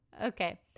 okay